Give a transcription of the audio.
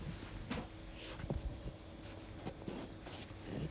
err Shane Ho was telling me that ya actually